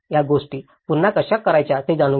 या गोष्टी पुन्हा कशा करायच्या हे जाणून घ्या